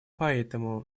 поэтому